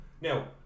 now